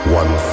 one